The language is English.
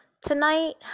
tonight